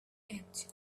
edge